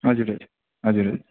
हजुर हजुर हजुर हजुर